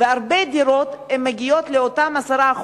והרבה דירות מגיעות לאותם 10%,